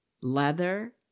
leather